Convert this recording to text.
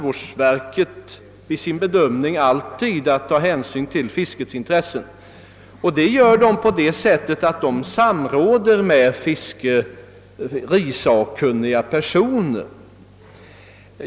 Vid sin bedömning har det alltid att ta hänsyn till fiskets intressen.